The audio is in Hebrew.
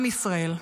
עם ישראל,